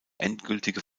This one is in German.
endgültige